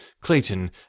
Clayton